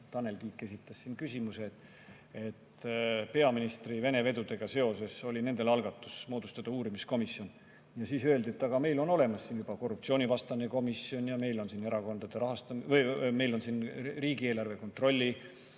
Tanel Kiik esitas siin küsimuse. Ma mäletan, et peaministri Vene-vedudega seoses oli nendel algatus moodustada uurimiskomisjon ja siis öeldi, et aga meil on olemas siin juba korruptsioonivastane erikomisjon ja meil on riigieelarve kontrolli